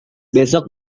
besok